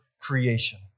creation